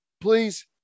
Please